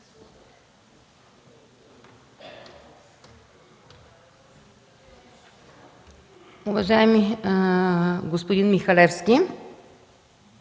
Уважаеми господин Михалевски!